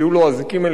והוא יהיה מחוץ לכלא,